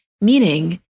Meaning